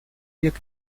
рек